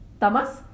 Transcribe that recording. tamas